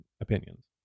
opinions